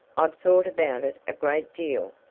i've thought about it a great deal,